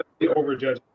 overjudging